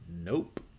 Nope